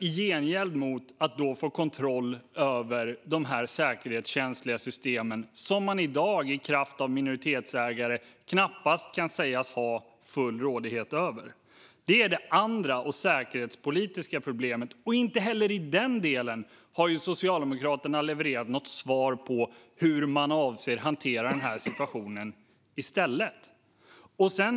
I gengäld får man kontroll över de säkerhetskänsliga system som man i dag i kraft av minoritetsägare knappast kan sägas ha full rådighet över. Det är det andra och säkerhetspolitiska problemet. Inte heller i den delen har Socialdemokraterna levererat något svar på hur man avser att hantera situationen i stället. Herr talman!